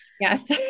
Yes